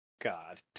God